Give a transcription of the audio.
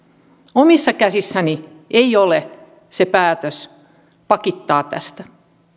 omissa käsissäni ei ole se päätös pakittaa tästä